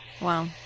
Wow